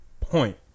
point